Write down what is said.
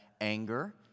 anger